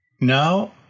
Now